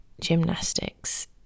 gymnastics